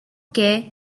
que